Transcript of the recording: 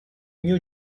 new